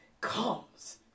comes